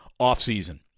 offseason